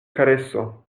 kareso